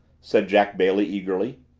said jack bailey eagerly.